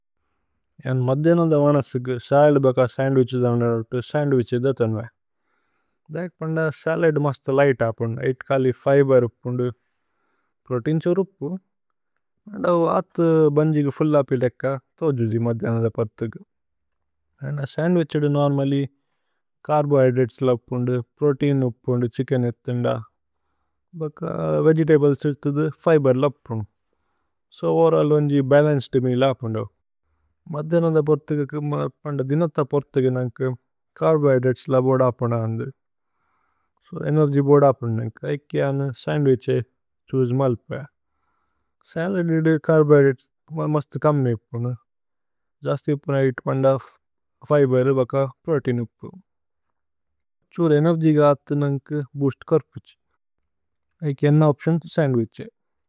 മദ്യനദ വനസിഗ് സലദ് ബക സന്ദ്വിഛിധ ഥോന്വേ। സലദ് മസ്തു ലിഘ്ത് ഹപുന്। ഐത്കലി ഫിബേര് ഹപുന്ദു। പ്രോതേഇന്സ് ഉരുപുന്। ആഥ് ബന്ജിഗ ഫുല്ല് ഹപിലേക്ക തോജുജി മദ്യനദ പര്ഥഗു। സന്ദ്വിഛിദു നോര്മല്ല്യ് ചര്ബോഹ്യ്ദ്രതേസ് ലപുന്ദു, പ്രോതേഇന് ഹപുന്ദു, ഛിച്കേന് ഇത്ഥിന്ദ। ഭക വേഗേതബ്ലേസ് ഇത്ഥുദു ഫിബേര് ലപുന്। സോ ഓവേരല്ല് വന്ജി ബലന്ചേദ് മേഅല് ഹപുന്ദു। മദ്യനദ പര്ഥഗു, പന്ദ ദിനദ പര്ഥഗു നന്ഗു ചര്ബോഹ്യ്ദ്രതേസ് ലപുന്ദു ഹപുന്ദു। സോ ഏനേര്ഗ്യ് ബോധപുന്ദു നന്ഗു। ഐക്കി അനു സന്ദ്വിഛിധു തോജുജി മല്പേ। സലദ് ഇദ്ദു ചര്ബോഹ്യ്ദ്രതേസ് മസ്തു കമ്മേ ഇപ്പുനു। ജസ്ത് ഇപ്പുനു ഐത്പുന്ദ ഫിബേര് ബക പ്രോതേഇന് ഉപ്പുനു। സോ ഉരു ഏനേര്ഗ്യ് ഗ ആഥു നന്ഗു ബൂസ്ത് കോര്പുഛു। ഐക്കി അനു ഓപ്തിഓന് സന്ദ്വിഛിധു।